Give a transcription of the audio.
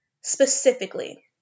specifically